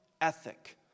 ethic